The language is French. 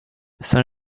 son